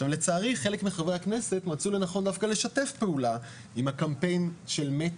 לצערי חלק מחברי הכנסת מצאו לנכון דווקא לשתף פעולה עם הקמפיין של מתא,